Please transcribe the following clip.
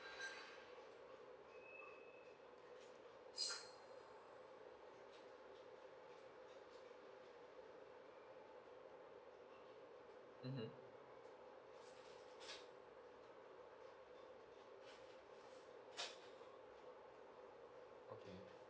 mm okay